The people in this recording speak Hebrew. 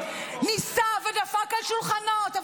ניסה ודפק על שולחנות.